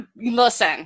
Listen